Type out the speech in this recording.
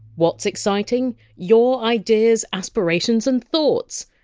what! s exciting? your ideas, aspirations and thoughts!